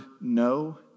no